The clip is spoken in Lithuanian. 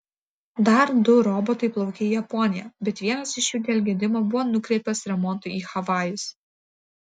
dar du robotai plaukė į japoniją bet vienas iš jų dėl gedimo buvo nukreiptas remontui į havajus